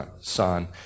Son